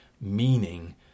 meaning